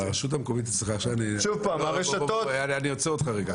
אבל הרשות המקומית אצלך, אני עוצר אותך רגע.